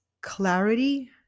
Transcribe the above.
clarity